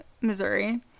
Missouri